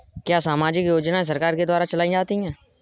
क्या सामाजिक योजनाएँ सरकार के द्वारा चलाई जाती हैं?